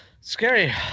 scary